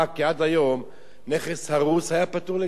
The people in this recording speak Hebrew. כי עד היום נכס הרוס היה פטור לגמרי.